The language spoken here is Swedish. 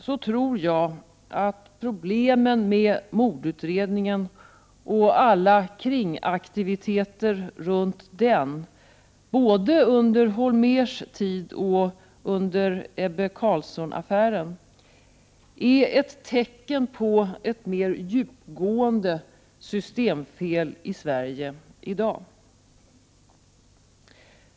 Jagtror att problemen med mordutredningen och alla kringaktiviteter runt den både under Holmérs tid och under Ebbe Carlsson-affären tyvärr är ett tecken på ett mer djupgående systemfel i Sverige i dag.